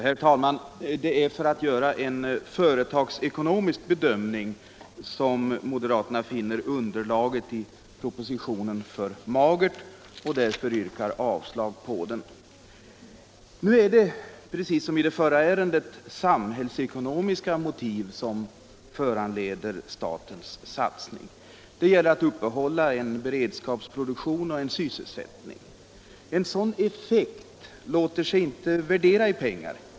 Herr talman! Det är för att göra en företagsekonomisk bedömning som moderaterna finner underlaget i propositionen för magert och därför yrkar avslag. Nu är det, precis som i det förra ärendet, samhällsekonomiska motiv som föranleder statens satsning. Det gäller att uppehålla en beredskapsproduktion och en sysselsättning. En sådan effekt låter sig inte värdera i pengar.